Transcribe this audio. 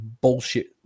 bullshit